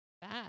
bad